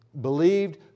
believed